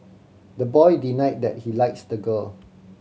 the boy denied that he likes the girl